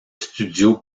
studio